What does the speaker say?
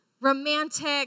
romantic